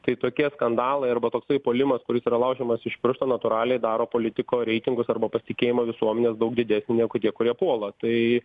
tai tokie skandalai arba toksai puolimas kuris yra laužiamas iš piršto natūraliai daro politiko reitingus arba pasitikėjimą visuomenės daug didesnį negu tie kurie puola tai